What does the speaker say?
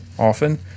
Often